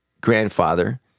grandfather